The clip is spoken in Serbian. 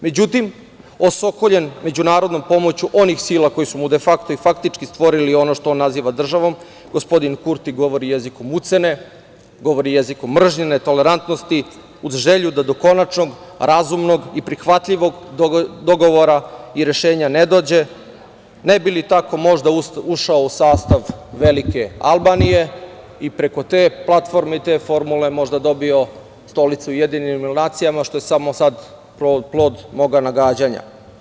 Međutim, osokoljen međunarodnom pomoću onih sila koji su mu de fakto i faktički stvorili ono što on naziva državom gospodin Kurti govori jezikom ucene, govori jezikom mržnje, netolerantnosti, uz želju da do konačnog, razumnog i prihvatljivog dogovora i rešenja ne dođe, ne bi li tako možda ušao u sastav velike Albanije i preko te platforme i te formule, možda dobio stolicu u UN što je samo sad plod moga nagađanja.